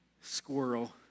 Squirrel